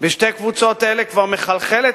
היתה מנהלת